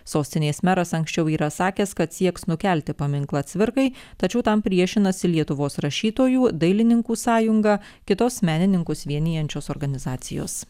sostinės meras anksčiau yra sakęs kad sieks nukelti paminklą cvirkai tačiau tam priešinasi lietuvos rašytojų dailininkų sąjunga kitos menininkus vienijančios organizacijos